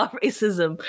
racism